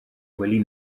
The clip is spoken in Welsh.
gwely